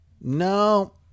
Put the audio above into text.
no